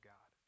God